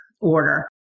order